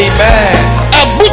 Amen